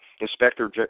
Inspector